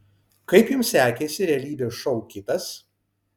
kaip jums sekėsi realybės šou kitas